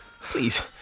Please